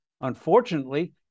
Unfortunately